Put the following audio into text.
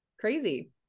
crazy